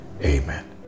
Amen